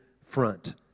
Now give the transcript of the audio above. front